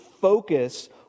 focus